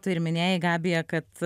tu ir minėjai gabija kad